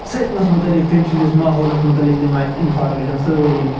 سٲلمَس مُتعلِق تٔمۍ سٕنٛدِس ماحولَس مُتعلِق دِوان اَسہِ اِنفارمیشَن سٲلِم